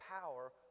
power